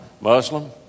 Muslim